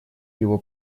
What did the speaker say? его